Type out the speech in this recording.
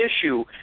issue